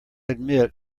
admit